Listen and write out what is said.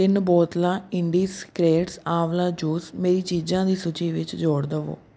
ਤਿੰਨ ਬੋਤਲਾਂ Indie Secrets ਆਵਲਾ ਜੂਸ ਮੇਰੀ ਚੀਜ਼ਾਂ ਦੀ ਸੂਚੀ ਵਿੱਚ ਜੋੜ ਦੇਵੋ